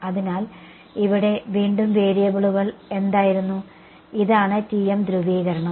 അതിനാൽ ഇവിടെ വീണ്ടും വേരിയബിളുകൾ എന്തായിരുന്നു ഇതാണ് TM ധ്രുവീകരണം